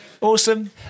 Awesome